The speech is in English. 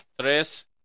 Tres